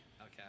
Okay